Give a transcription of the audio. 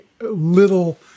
little